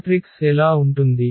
matrix ఎలా ఉంటుంది